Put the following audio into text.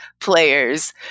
players